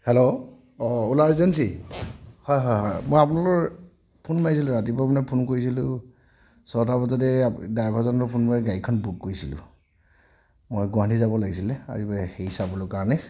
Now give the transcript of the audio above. hello Ola agency হয় হয় হয় মই আপোনালৈ ফোন মাৰিছিলোঁ ৰাতিপুৱা মানে ফোন কৰিছিলোঁ ছটা বজাতে ড্ৰাইভাৰজনলৈ ফোন মাৰি গাড়ীখন বুক কৰিছিলোঁ মই গুৱাহাটী যাব লাগিছিলে আৰু হেৰি চাবলৈ কাৰণে